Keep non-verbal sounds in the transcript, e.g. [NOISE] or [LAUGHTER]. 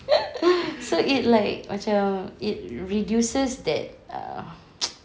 [LAUGHS] so it like macam it reduces that err [NOISE]